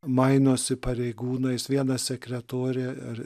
mainosi pareigūnais viena sekretorė ar